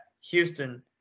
Houston